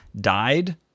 died